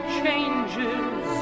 changes